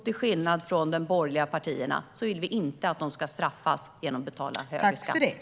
Till skillnad från de borgerliga partierna vill vi inte att de ska straffas med att behöva betala högre skatt.